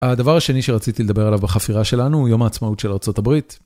הדבר השני שרציתי לדבר עליו בחפירה שלנו הוא יום העצמאות של ארה״ב.